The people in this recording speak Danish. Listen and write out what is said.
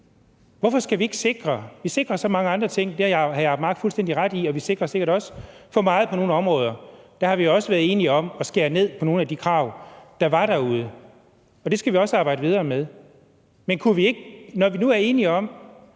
fællesskabsfølelse. Vi sikrer så mange andre ting, det har hr. Jacob Mark fuldstændig ret i, og vi sikrer sikkert også for meget på nogle områder, og der har vi også været enige om at skære ned på nogle af de krav, der var derude, og det skal vi også arbejde videre med. Men når vi nu er enige om,